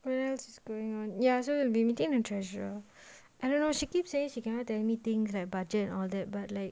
where else is going on ya so I'll be meeting treasure I dunno she keep says you cannot tell me things like budget and all that but like